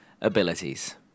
abilities